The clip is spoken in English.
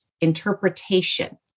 interpretation